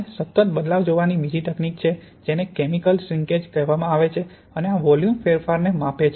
આપણે સતત બદલાવ જોવાની બીજી તકનીકી છે જેને કેમિકલ શ્રીંકેજ કહેવામાં આવે છે અને આ વોલ્યુમ ફેરફારને માપે છે